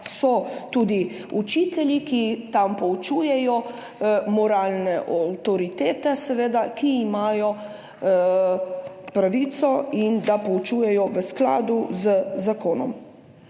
so tudi učitelji, ki tam poučujejo, seveda moralne avtoritete, ki imajo pravico, da poučujejo v skladu z zakonom.